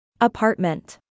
Apartment